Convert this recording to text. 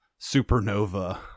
supernova